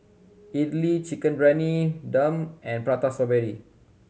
idly Chicken Briyani Dum and Prata Strawberry